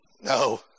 No